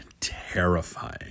Terrifying